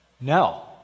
No